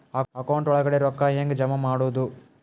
Account ಒಳಗಡೆ ರೊಕ್ಕ ಹೆಂಗ್ ಜಮಾ ಮಾಡುದು?